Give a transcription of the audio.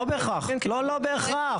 לא בהכרח.